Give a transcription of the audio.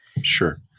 Sure